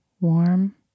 warm